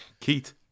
Keith